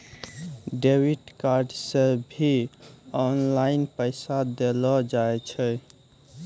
debit card से भी online पैसा देलो जाय छै